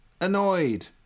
annoyed